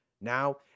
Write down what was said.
Now